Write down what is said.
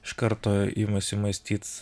iš karto imasi mąstyt